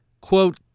quote